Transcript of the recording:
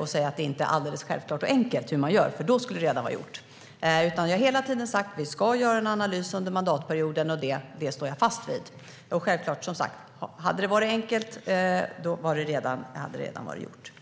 och säga att det inte är alldeles självklart och enkelt hur man gör. Då skulle det redan vara gjort. Jag har hela tiden sagt att vi ska göra en analys under mandatperioden, och det står jag fast vid. Om det hade varit enkelt hade det som sagt självklart redan varit gjort.